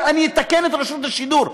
אני אתקן את רשות השידור,